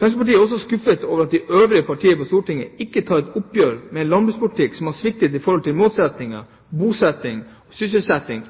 Fremskrittspartiet er skuffet over at de øvrige partier på Stortinget ikke tar et oppgjør med en landbrukspolitikk som har sviktet i forhold til målsettingene om bosetting, sysselsetting